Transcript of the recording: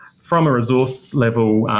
from a resource level,